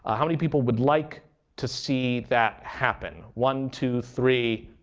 ah how many people would like to see that happen? one, two, three.